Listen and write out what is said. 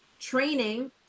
training